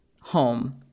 home